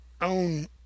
own